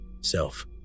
self